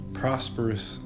prosperous